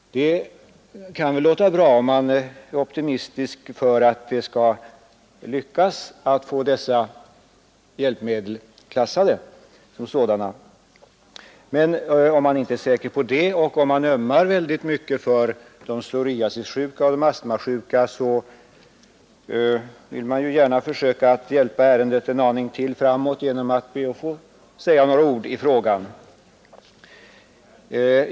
Det kan väl, om man är optimistisk, synas vara positivt för strävandena att få dessa hjälpmedel klassade som sådana, men om man inte är säker på det och om man ömmar mycket för de psoriasissjuka och de astmasjuka, vill man gärna försöka hjälpa ärendet ytterligare ett litet stycke framåt genom att säga några ord i frågan.